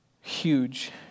huge